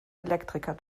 elektriker